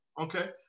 Okay